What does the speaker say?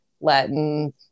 Latin